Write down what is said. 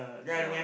yea